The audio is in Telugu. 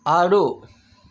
ఆడు